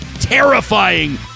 terrifying